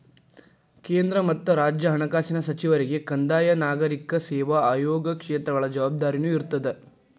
ಕೇಂದ್ರ ಮತ್ತ ರಾಜ್ಯ ಹಣಕಾಸಿನ ಸಚಿವರಿಗೆ ಕಂದಾಯ ನಾಗರಿಕ ಸೇವಾ ಆಯೋಗ ಕ್ಷೇತ್ರಗಳ ಜವಾಬ್ದಾರಿನೂ ಇರ್ತದ